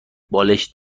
بالشت